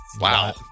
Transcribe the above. Wow